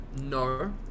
No